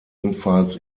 ebenfalls